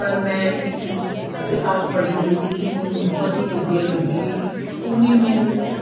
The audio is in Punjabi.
ਪਰ ਮੈਂ ਇੱਕ ਕ ਕਿਤਾਬ ਪੜ੍ਹੀ ਜਿਹੜੀ ਕਿ ਮੈਨੂੰ ਬਹੁਤ ਹੀ ਵਧੀਆ ਲੱਗੀ ਉਹਨੇ ਮੈਨੂੰ